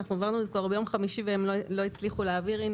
העברנו את זה כבר ביום חמישי אבל לא הצליחו להעביר.